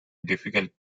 difficult